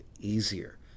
easier